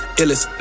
illest